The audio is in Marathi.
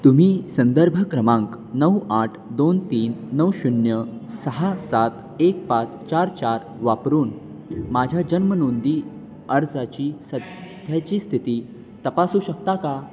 तुम्ही संदर्भ क्रमांक नऊ आठ दोन तीन नऊ शून्य सहा सात एक पाच चार चार वापरून माझ्या जन्म नोंदणी अर्जाची सध्याची स्थिती तपासू शकता का